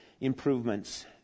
improvements